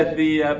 the